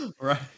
Right